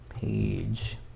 page